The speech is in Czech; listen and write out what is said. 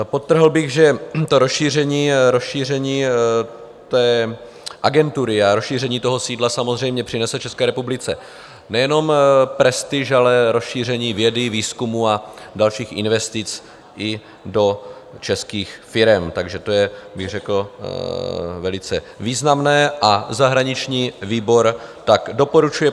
Podtrhl bych, že rozšíření agentury a rozšíření toho sídla samozřejmě přinese České republice nejenom prestiž, ale rozšíření vědy, výzkumu a dalších investic i do českých firem, takže to je bych řekl velice významné, a zahraniční výbor tak doporučuje